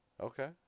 Okay